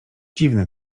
dziwne